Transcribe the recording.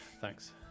thanks